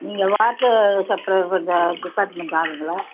நீங்கள் water supply பண்ணுற department ஆளுங்களா